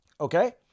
okay